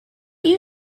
you